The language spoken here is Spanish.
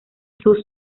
sus